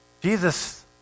Jesus